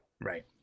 right